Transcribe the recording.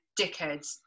dickheads